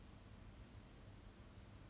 um they were saying I read about it before